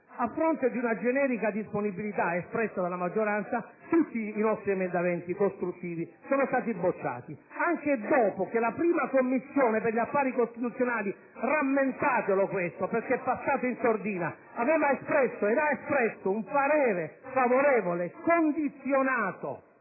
A fronte di una generica disponibilità espressa dalla maggioranza, tutti i nostri emendamenti costruttivi sono stati bocciati anche dopo che la Commissione affari costituzionali - rammentatelo questo, perché è passato in sordina - aveva espresso un parere favorevole al testo